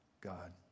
God